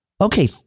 okay